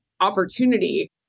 opportunity